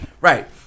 Right